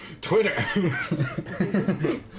Twitter